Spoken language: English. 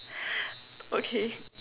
okay